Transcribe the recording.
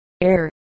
air